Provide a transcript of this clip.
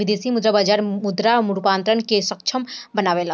विदेशी मुद्रा बाजार मुद्रा रूपांतरण के सक्षम बनावेला